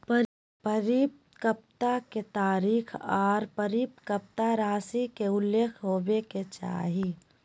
परिपक्वता के तारीख आर परिपक्वता राशि के उल्लेख होबय के चाही